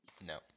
No